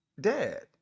dad